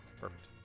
Perfect